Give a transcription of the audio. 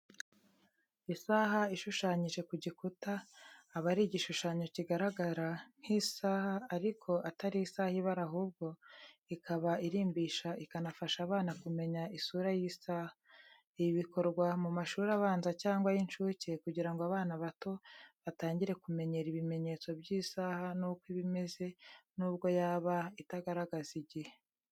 Isaha ishushanyije ku gikuta, aba ari igishushanyo kigaragara nk'isaha ariko atari isaha ibara ahubwo ikaba irimbisha ikanafasha abana kumenya isura y'isaha. Ibi bikorwa mu mashuri abanza cyangwa y'incuke kugira ngo abana bato batangire kumenyera ibimenyetso by'isaha n'uko iba imeze, nubwo yaba itagaragaza igihe.